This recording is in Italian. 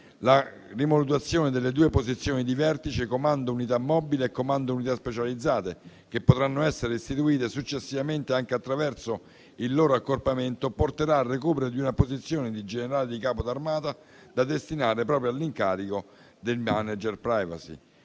La rimodulazione delle due posizioni di vertice comando unità mobile e comando unità specializzate, che potranno essere istituite successivamente anche attraverso il loro accorpamento, porterà al recupero di una posizione di generale di corpo d'armata da destinare proprio all'incarico del *privacy*